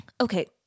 okay